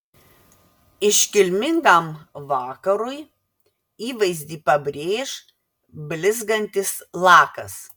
iškilmingam vakarui įvaizdį pabrėš blizgantis lakas